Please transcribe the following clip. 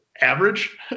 average